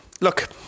Look